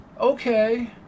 okay